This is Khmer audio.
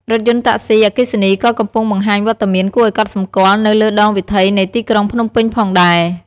រថយន្តតាក់សុី អគ្គិសនី ក៏កំពុងបង្ហាញវត្តមានគួរឱ្យកត់សម្គាល់នៅលើដងវិថីនៃទីក្រុងភ្នំពេញផងដែរ។